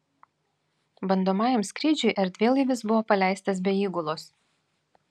bandomajam skrydžiui erdvėlaivis buvo paleistas be įgulos